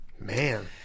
man